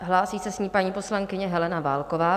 Hlásí se s ní paní poslankyně Helena Válková.